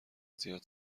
زیاد